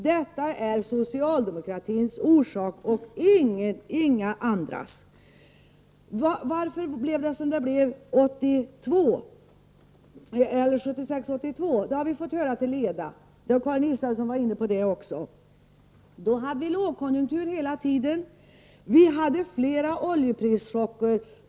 Detta är socialdemokratin orsak till, och ingen annan. Varför blev det som det blev 1976—1982? Det har vi fått höra till leda — Karin Israelsson var inne på det också. Då hade vi lågkonjunktur hela tiden. Vi hade flera oljeprischocker.